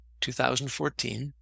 2014